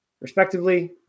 respectively